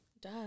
Duh